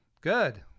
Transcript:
Good